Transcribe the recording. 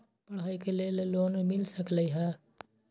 पढाई के लेल लोन मिल सकलई ह की?